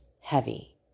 heavy